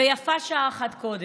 ויפה שעה אחת קודם.